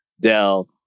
Dell